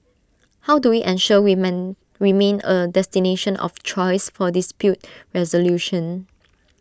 how do we ensure we men remain A destination of choice for dispute resolution